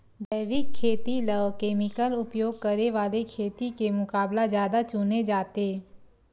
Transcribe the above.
जैविक खेती ला केमिकल उपयोग करे वाले खेती के मुकाबला ज्यादा चुने जाते